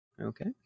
Okay